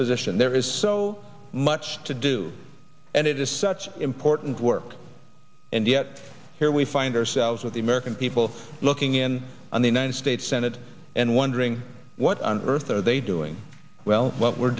position there is so much to do and it is such an important work and yet here we find ourselves with the american people looking in on the united states senate and wondering what on earth are they doing well what we're